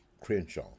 Crenshaw